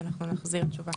ונחזיר תשובה.